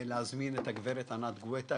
להזמין את הגברת ענת גואטה,